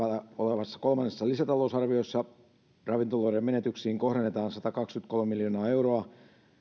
olevassa kolmannessa lisätalousarviossa ravintoloiden menetyksiin kohdennetaan satakaksikymmentäkolme miljoonaa euroa